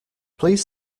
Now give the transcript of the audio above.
please